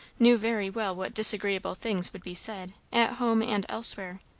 knew very well what disagreeable things would be said, at home and elsewhere,